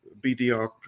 BDR